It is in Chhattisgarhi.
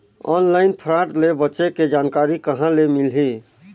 ऑनलाइन फ्राड ले बचे के जानकारी कहां ले मिलही?